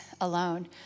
alone